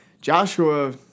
Joshua